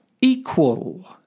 equal